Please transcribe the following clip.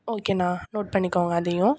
ஓகேண்ணா நோட் பண்ணிக்கோங்க அதையும்